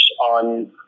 on